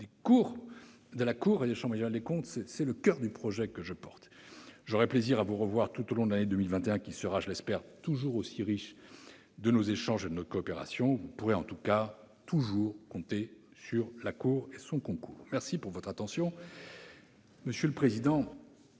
des comptes- je le répète encore une fois -est le coeur du projet que je porte. J'aurai plaisir à vous revoir tout au long de l'année 2021, qui sera, je l'espère, toujours aussi riche de nos échanges et de notre coopération. Vous pourrez en tout cas toujours compter sur la cour et son concours. Monsieur le président,